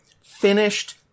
finished